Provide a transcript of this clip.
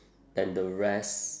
than the rest